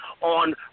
on